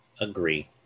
Agree